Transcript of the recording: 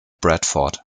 bradford